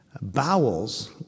bowels